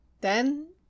then